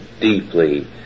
deeply